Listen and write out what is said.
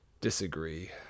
Disagree